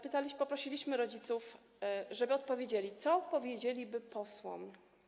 Poprosiliśmy rodziców, żeby odpowiedzieli, co powiedzieliby posłom.